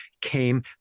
came